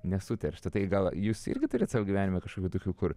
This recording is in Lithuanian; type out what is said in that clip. nesuterštą tai gal jūs irgi turit savo gyvenime kažkokių tokių kur